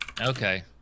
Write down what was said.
Okay